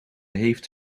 heeft